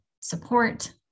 support